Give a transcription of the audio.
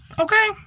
Okay